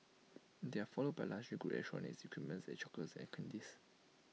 they are followed by luxury goods electronics equipments and chocolates and candies